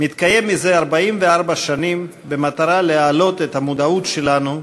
מתקיים זה 44 שנים במטרה להעלות את המודעות שלנו,